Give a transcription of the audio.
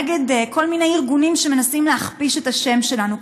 נגד כל מיני ארגונים שמנסים להכפיש את השם שלנו,